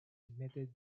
admitted